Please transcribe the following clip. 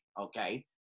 okay